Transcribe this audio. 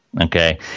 Okay